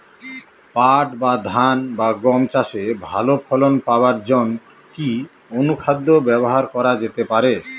পাট বা ধান বা গম চাষে ভালো ফলন পাবার জন কি অনুখাদ্য ব্যবহার করা যেতে পারে?